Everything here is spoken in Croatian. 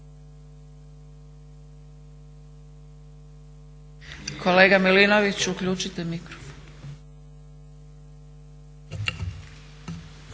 Kolega Milinović, uključite mikrofon.